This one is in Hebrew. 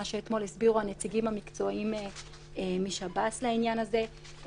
מה שאתמול הסבירו הנציגים המקצועיים משב"ס לעניין הזה,